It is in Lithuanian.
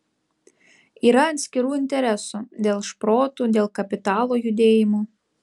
yra atskirų interesų dėl šprotų dėl kapitalo judėjimo